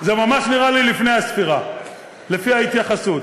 זה ממש נראה לי לפני הספירה, לפי ההתייחסות.